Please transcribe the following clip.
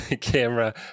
camera